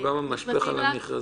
הוא המשפך גם על המכרזים?